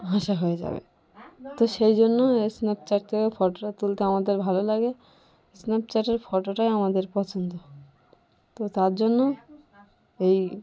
হাসা হয়ে যাবে তো সেই জন্য স্ন্যাপচ্যাট থেকে ফটোটা তুলতে আমাদের ভালো লাগে স্ন্যাপচ্যাটের ফটোটাই আমাদের পছন্দ তো তার জন্য এই